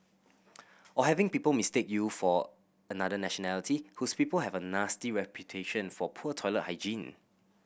or having people mistake you for another nationality whose people have a nasty reputation for poor toilet hygiene